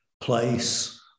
place